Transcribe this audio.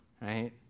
right